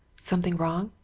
something wrong?